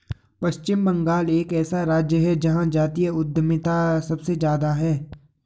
पश्चिम बंगाल एक ऐसा राज्य है जहां जातीय उद्यमिता सबसे ज्यादा हैं